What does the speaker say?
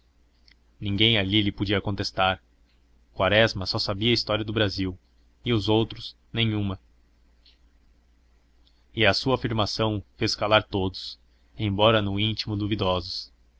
ninguém ali lhe podia contestar quaresma só sabia história do brasil e os outros nenhuma e a sua afirmação fez calar todos embora no íntimo duvidosos